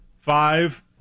five